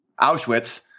Auschwitz